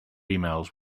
emails